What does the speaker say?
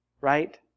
right